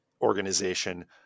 organization